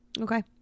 Okay